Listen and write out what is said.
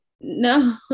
no